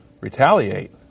retaliate